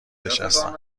نشستم